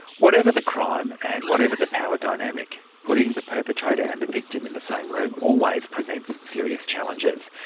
whatever the crime and whatever the power dynamic, putting the perpetrator and the victim in the same room always presents serious challenges.